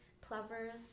plovers